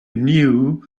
knew